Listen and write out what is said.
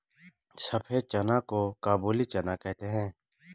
सफेद चना को काबुली चना कहते हैं